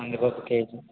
కందిపప్పు కేజీ